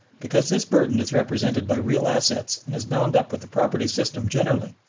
because this burden is represented by real assets and is bound up with the property system generally,